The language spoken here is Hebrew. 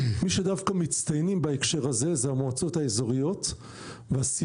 מי שדווקא מצטיינים בהקשר הזה זה המועצות האזוריות והסיבה